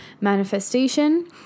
manifestation